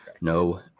No